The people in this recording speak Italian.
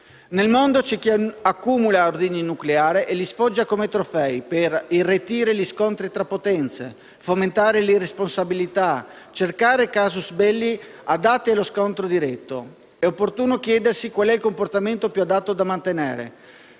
Nel mondo c'è chi accumula ordigni nucleari e li sfoggia come trofei per irretire gli scontri tra potenze, fomentare l'irresponsabilità e cercare *casus belli* adatti allo scontro diretto. È opportuno chiedersi qual è il comportamento più adatto da mantenere,